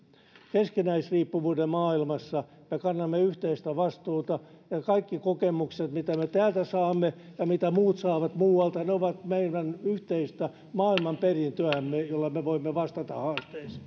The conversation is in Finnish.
keskinäisriippuvuuden maailmassa me kannamme yhteistä vastuuta ja kaikki kokemukset mitä me täältä saamme ja mitä muut saavat muualta ovat meidän yhteistä maailmanperintöämme jolla me voimme vastata